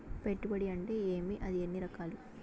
పెట్టుబడి అంటే ఏమి అది ఎన్ని రకాలు